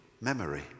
memory